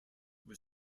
was